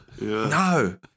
No